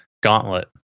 Gauntlet